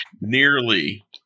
nearly